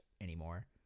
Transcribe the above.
anymore